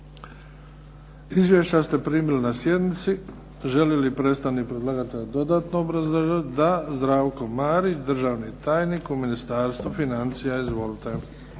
Izvješća ste primili na sjednici. Želi li predstavnik predlagatelja dodatno obrazložiti Prijedlog? DA. Zdravko Marić, državni tajnik u Ministarstvu financija.